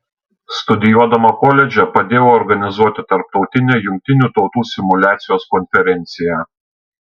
studijuodama koledže padėjau organizuoti tarptautinę jungtinių tautų simuliacijos konferenciją